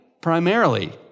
primarily